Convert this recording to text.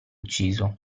ucciso